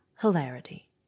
hilarity